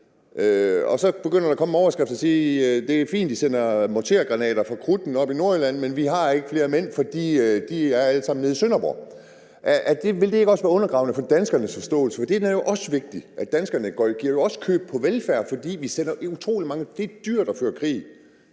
og så begynder der at komme en overskrift, der handler om, at det er fint, at man sender mortérgranater fra Krudten oppe i Nordjylland, men at de ikke har flere mænd, fordi de alle sammen er nede i Sønderborg? Vil det ikke også være undergravende for danskernes forståelse? For den er jo også vigtig. Danskerne giver jo også køb på velfærd, fordi vi sender utrolig meget. Det er også dyrt for alle